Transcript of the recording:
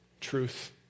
truth